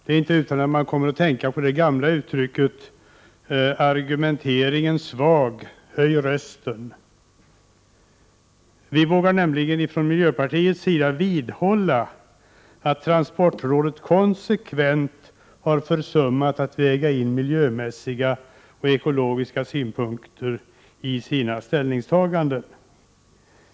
Det är inte utan att jag kommer att tänka på det gamla uttrycket ”argumenteringen svag — höj rösten”. Vi vågar nämligen från miljöpartiets sida vidhålla att transportrådet 167 konsekvent försummat att väga in miljömässiga och ekologiska synpunkter i sina ställningstaganden.